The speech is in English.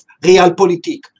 realpolitik